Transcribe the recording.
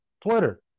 Twitter